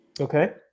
Okay